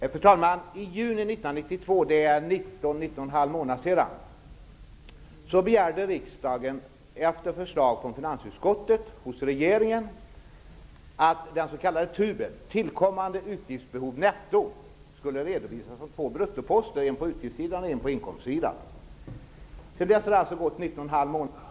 Fru talman! I juni 1992, för 19 1 2 månader.